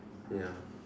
ya